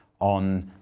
on